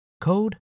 code